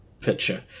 picture